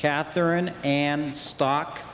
catherine and stock